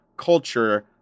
Culture